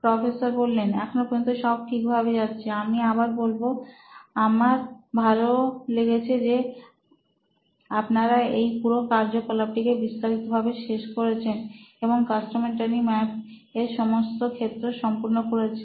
professor এখনো পর্যন্ত সব ঠিক ভাবে যাচ্ছে আমি আবার বলবো আমার ভালো লিখেছে যে আপনারা এই পুরো কার্যকলাপটিকে বিস্তারিত ভাবে শেষ করেছেন এবং কাস্টমার জার্নি ম্যাপ এর সমস্ত ক্ষেত্র সম্পূর্ণ করেছেন